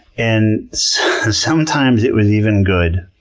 and so sometimes it was even good.